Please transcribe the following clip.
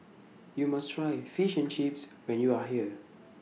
YOU must Try Fish and Chips when YOU Are here